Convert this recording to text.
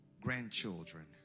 grandchildren